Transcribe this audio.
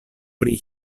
pri